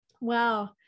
Wow